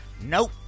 Nope